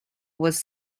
was